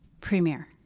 premiere